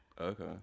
okay